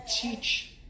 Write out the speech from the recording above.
teach